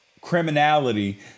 criminality